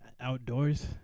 outdoors